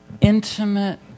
intimate